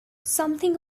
something